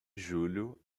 julho